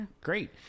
great